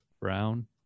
Brown